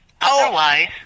Otherwise